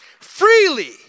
Freely